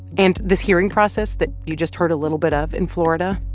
and this hearing process that you just heard a little bit of in florida,